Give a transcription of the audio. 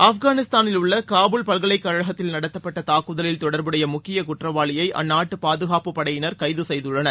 ஆப்கானிஸ்தானிலுள்ள காபூல் பல்கலைக்கழகத்தில் நடத்தப்பட்ட தாக்குதலில் தொடர்புடைய முக்கிய குற்றவாளியை அந்நாட்டு பாதுகாப்பு படையினர் கைது செய்துள்ளனர்